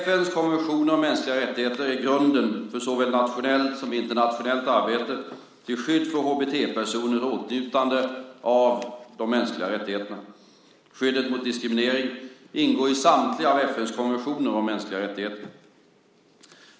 FN:s konventioner om mänskliga rättigheter är grunden för såväl nationellt som internationellt arbete till skydd för HBT-personers åtnjutande av de mänskliga rättigheterna. Skyddet mot diskriminering ingår i samtliga av FN:s konventioner om mänskliga rättigheter.